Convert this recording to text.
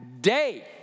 day